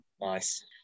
Nice